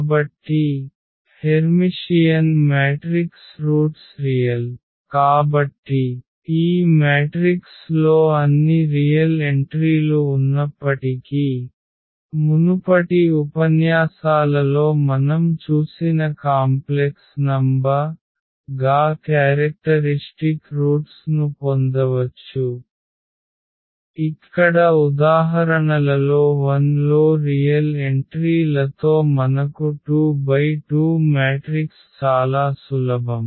కాబట్టి hermitian matrix roots real కాబట్టి ఈ మ్యాట్రిక్స్ లో అన్ని నిజమైన ఎంట్రీలు ఉన్నప్పటికీ మునుపటి ఉపన్యాసాలలో మనం చూసిన సంక్లిష్ట సంఖ్య గా క్యారెక్టరిష్టిక్ రూట్స్ ను పొందవచ్చు ఇక్కడ ఉదాహరణలలో 1 లో రియల్ ఎంట్రీ లతో మనకు 2 × 2 మ్యాట్రిక్స్ చాలా సులభం